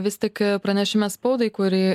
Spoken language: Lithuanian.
vis tik pranešime spaudai kurį